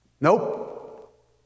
Nope